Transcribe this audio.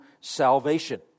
salvation